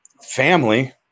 family